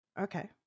Okay